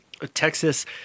Texas